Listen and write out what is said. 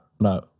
no